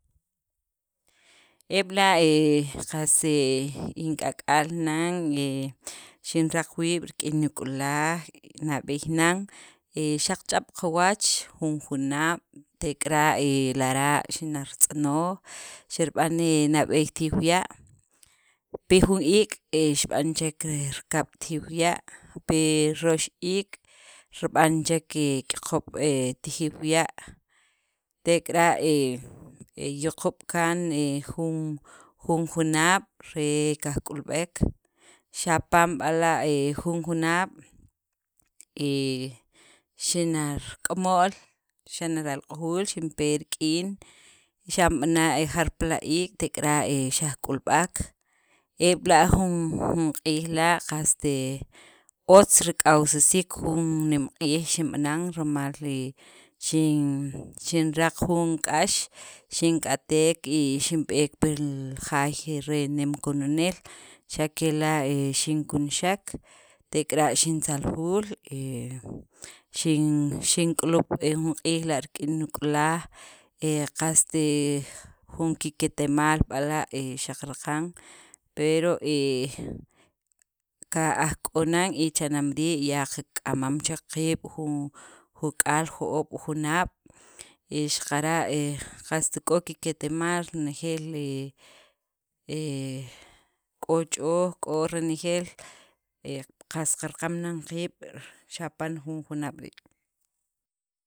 E b'la' he qas he in k'ak'al nan he xinraq wiib' rik'in nik'ulaj, nab'eey nan he xaq ch'ab' quwach jun junaab', tek'ara' he lara' xinartz'onoj, xirib'an he nab'eey tijiw ya', pi jun iik' he xirib'an chek rikab' tijiw ya', pi roox iik' rib'an chek k'iyoqob' e tijiw ya', tek'ara' he yuqob' kaan jun junaab' re kajk'ulb'ek, xapan b'ala' he jun junaab' he xinark'amo'l, xinarelq'ojul xinpe rik'in xanb'ana' jarpala' iik' tek'ara' e xajk'ulb'ek eb'la' jun jun q'iij la', qast he otz rak'awsisiik jun nemq'iij xinb'anan rimal he xin xinraq jun k'ax, xink'atek y xinb'eek pil jaay nem kununeel xa' kela' xinkunxek, tek'ara' xintzaljuul, he xin xink'ulub' jun q'iij la' rik'in nik'ulaj, e qast he jun ki'kitemaal b'ala' e xaq raqan pero he kaj aj k'o nan, y cha'nem rii' ya qakamam chek qiib' ju juk'aal jo'oob' junaab' y xaqara' he qast k'o ki'kitemaal renejeel he he k'o ch'ooj k'o renejeel, he qas qaraqam nan qiib xapan li junaab' rii'.